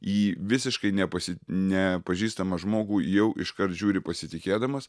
į visiškai nepasi nepažįstamą žmogų jau iškart žiūri pasitikėdamas